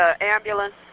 ambulance